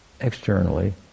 externally